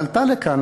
עלתה לכאן,